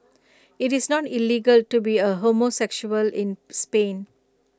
IT is not illegal to be A homosexual in Spain